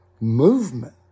movement